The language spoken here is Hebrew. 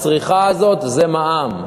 הצריכה הזאת זה מע"מ.